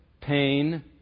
pain